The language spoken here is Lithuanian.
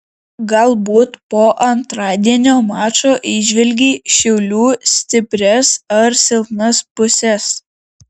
galbūt po antradienio mačo įžvelgei šiaulių stiprias ar silpnas puses